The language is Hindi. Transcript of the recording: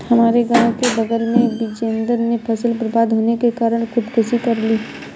हमारे गांव के बगल में बिजेंदर ने फसल बर्बाद होने के कारण खुदकुशी कर ली